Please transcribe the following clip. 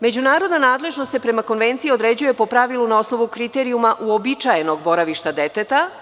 Međunarodna nadležnost se prema Konvenciji određuje po pravilu na osnovu kriterijuma uobičajnog boravišta deteta.